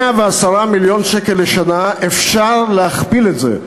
110 מיליון שקל לשנה, אפשר להכפיל את זה.